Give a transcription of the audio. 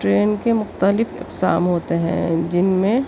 train کے مختلف اقسام ہوتے ہیں جن میں